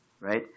right